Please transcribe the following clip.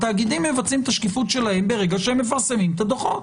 התאגידים מבצעים את השקיפות שלהם ברגע שהם מפרסמים את הדוחות.